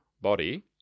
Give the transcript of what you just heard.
body